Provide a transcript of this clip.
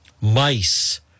mice